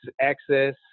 access